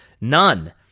None